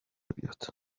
بیاد